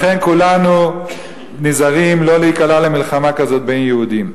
לכן כולנו נזהרים מלהיקלע למלחמה כזאת בין יהודים.